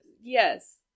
Yes